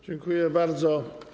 Dziękuję bardzo.